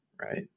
Right